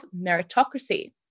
meritocracy